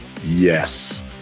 Yes